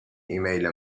ایمیل